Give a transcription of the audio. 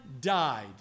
died